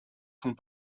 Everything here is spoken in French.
sont